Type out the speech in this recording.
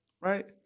right